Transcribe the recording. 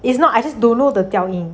it's not I just don't know the 调音